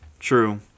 True